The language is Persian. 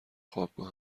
خوابگاه